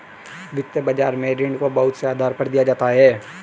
वित्तीय बाजार में ऋण को बहुत से आधार पर दिया जाता है